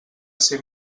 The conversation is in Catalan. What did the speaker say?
ser